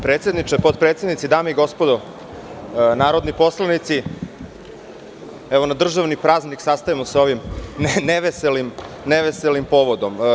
Predsedniče, potpredsednici, dame i gospodo narodni poslanici, evo na državni praznik se sastajemo ovim neveselim povodom.